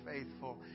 faithful